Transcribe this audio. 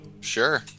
Sure